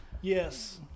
Yes